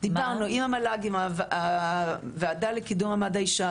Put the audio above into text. דיברנו עם המל"ג ועם הוועדה לקידום מעמד האישה